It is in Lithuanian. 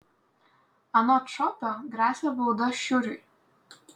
anot šopio gresia bauda šiuriui